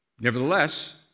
Nevertheless